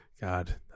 God